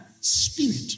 spirit